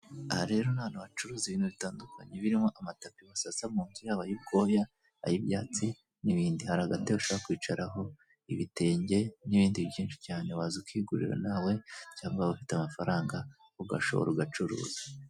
Aha rero n'ahantu bacuruza ibintu bitandukanye birimo amatapi basasa munzu yaba ay'ubwoya, ay'ibyatsi n'ibindi. Hari agatebe ushobora kwicaraho, ibitenge n'ibindi byinshi cyane. Waza ukigurira nawe, cyangwa waba ufite amafaranga ugashora, ugacuriza.